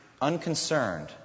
Unconcerned